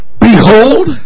Behold